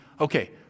okay